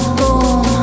boom